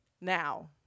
Now